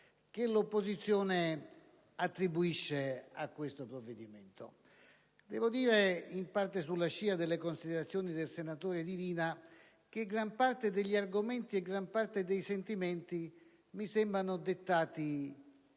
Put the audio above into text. che l'opposizione attribuisce a questo provvedimento. Devo dire, in parte sulla scia delle considerazioni del senatore Divina, che gran parte degli argomenti utilizzati e gran parte dei sentimenti espressi mi sembrano dettati